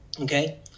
okay